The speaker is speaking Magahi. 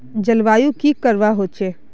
जलवायु की करवा होचे?